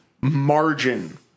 margin